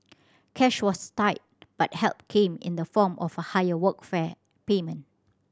cash was tight but help came in the form of a higher Workfare payment